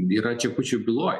yra čekučių byloj